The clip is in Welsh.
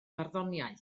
barddoniaeth